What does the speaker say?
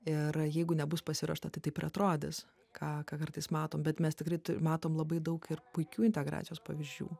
ir jeigu nebus pasiruošta tai taip ir atrodys ką ką kartais matom bet mes tikrai matom labai daug ir puikių integracijos pavyzdžių